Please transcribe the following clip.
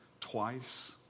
Twice